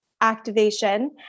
activation